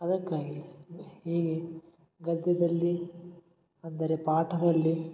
ಅದಕ್ಕಾಗಿ ಹೀಗೆ ಗದ್ಯದಲ್ಲಿ ಅಂದರೆ ಪಾಠದಲ್ಲಿ